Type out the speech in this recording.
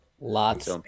Lots